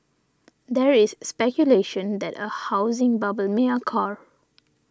there is speculation that a housing bubble may occur